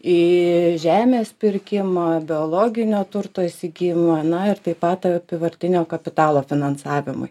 į žemės pirkimą biologinio turto įsigijimą na ir taip pat apyvartinio kapitalo finansavimui